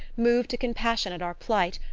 moved to compassion at our plight,